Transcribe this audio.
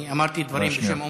אני אמרתי דברים בשם אומרם.